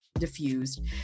diffused